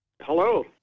Hello